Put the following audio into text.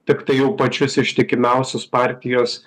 tiktai jau pačius ištikimiausius partijos